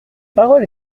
parole